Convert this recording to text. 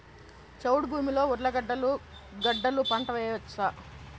చౌడు భూమిలో ఉర్లగడ్డలు గడ్డలు పంట వేయచ్చా?